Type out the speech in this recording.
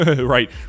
right